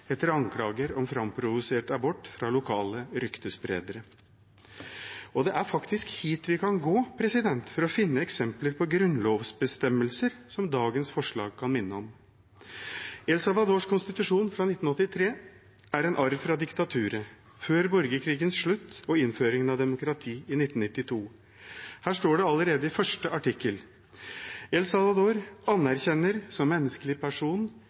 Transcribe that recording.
etter anklager om framprovosert abort fra lokale ryktespredere. Det er faktisk hit vi kan gå for å finne eksempler på grunnlovsbestemmelser som dagens forslag kan minne om. El Salvadors konstitusjon fra 1983 er en arv fra diktaturet, før borgerkrigens slutt og innføringen av demokrati i 1992. Her står det allerede i første artikkel: «El Salvador anerkjenner som menneskelig person